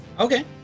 Okay